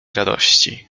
radości